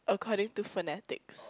according to phonetics